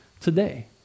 today